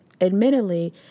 Admittedly